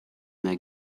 mehr